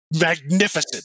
magnificent